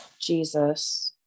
Jesus